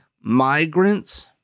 migrants